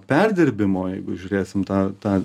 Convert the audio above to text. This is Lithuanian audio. perdirbimo jeigu žiūrėsim tą tą